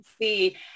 see